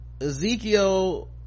ezekiel